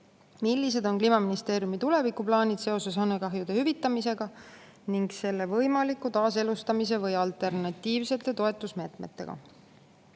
"Millised on kliimaministeeriumi tulevikuplaanid seoses hanekahjude hüvitamisega ning selle võimaliku taasalustamise või alternatiivsete toetusmeetmetega?"